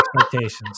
expectations